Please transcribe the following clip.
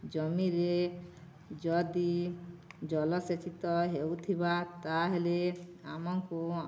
ଜମିରେ ଯଦି ଜଳସେଚିତ ହେଉଥିବା ତା'ହେଲେ ଆମକୁ